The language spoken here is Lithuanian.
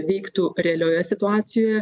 veiktų realioje situacijoje